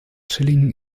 schilling